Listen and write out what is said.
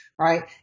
right